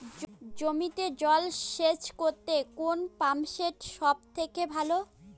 জমিতে জল সেচ করতে কোন পাম্প সেট সব থেকে ভালো?